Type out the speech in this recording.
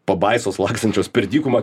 pabaisos lakstančios per dykumą